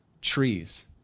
Trees